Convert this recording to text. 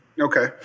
Okay